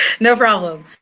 no problem,